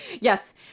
Yes